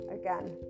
again